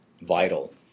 vital